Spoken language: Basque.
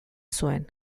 zuen